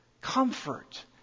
Comfort